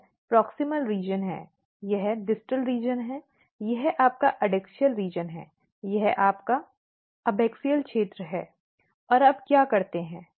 यह प्रॉक्सिमॅल क्षेत्र है यह डिस्टल क्षेत्र है यह आपका ऐक्सैडियल क्षेत्र है यह आपका अबैक्सियल क्षेत्र है और आप क्या करते हैं